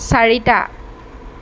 চাৰিটা